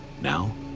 Now